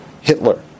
Hitler